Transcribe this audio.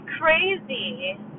Crazy